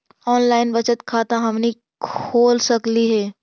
Online बचत खाता हमनी खोल सकली हे?